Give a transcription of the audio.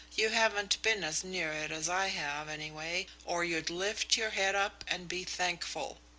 you haven't been as near it as i have, anyway, or you'd lift your head up and be thankful.